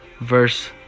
verse